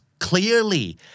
Clearly